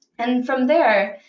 and from there,